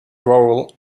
role